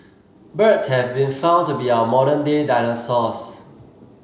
birds have been found to be our modern day dinosaurs